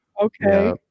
Okay